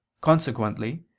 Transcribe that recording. Consequently